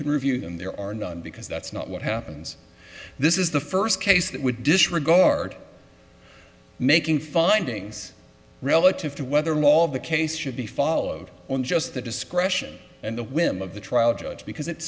can review them there are none because that's not what happens this is the first case that would disregard making findings relative to whether mauled the case should be followed on just the discretion and the whim of the trial judge because it's